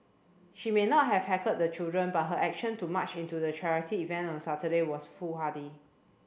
she may not have heckled the children but her action to march into the charity event on Saturday was foolhardy